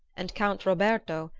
and count roberto,